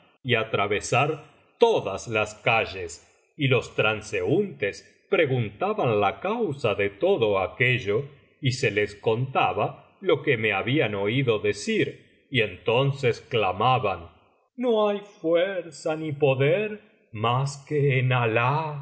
y atravesar todas las calles y los transeúntes preguntaban la causa de todo aquello y se les contaba lo que me habían oído decir y entonces clamaban no hay fuerza ni poder mas que en alah